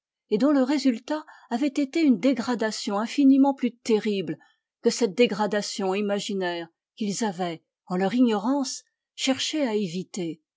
et dont le résultat avait été une dégradation infiniment plus terrible que cette dégradation imaginaire qu'ils avaient en leur ignorance cherché à éviter